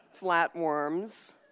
flatworms